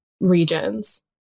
regions